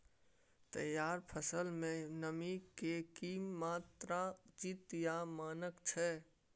तैयार फसल में नमी के की मात्रा उचित या मानक छै?